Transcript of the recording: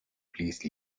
please